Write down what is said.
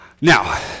Now